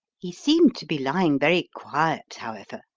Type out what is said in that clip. he seemed to be lying very quiet, however,